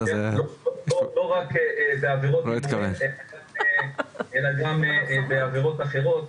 לא רק בעבירות הימורים, אלא גם בעבירות אחרות.